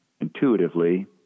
intuitively